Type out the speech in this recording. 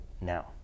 now